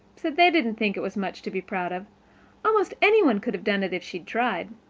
said they didn't think it was much to be proud of almost any one could have done it, if she tried.